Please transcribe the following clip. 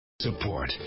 Support